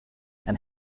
and